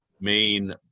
main